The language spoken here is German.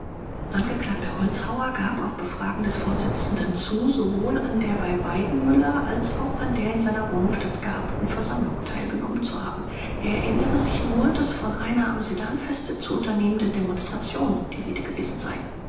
angekl holzhauer gab auf befragen des vorsitzenden zu sowohl an der bei weidenmüller als auch an der in seiner wohnung stattgehabten versammlung teilgenommen zu haben er erinnere sich nur daß von einer am sedanfeste zu unternehmenden demonstration die rede gewesen sei